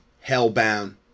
hell-bound